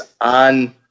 on